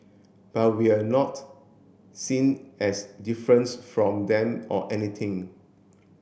but we're not seen as difference from them or anything